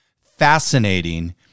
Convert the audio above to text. fascinating